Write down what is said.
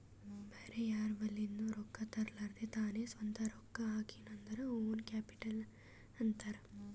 ಬ್ಯಾರೆ ಯಾರ್ ಬಲಿಂದ್ನು ರೊಕ್ಕಾ ತರ್ಲಾರ್ದೆ ತಾನೇ ಸ್ವಂತ ರೊಕ್ಕಾ ಹಾಕಿನು ಅಂದುರ್ ಓನ್ ಕ್ಯಾಪಿಟಲ್ ಅಂತಾರ್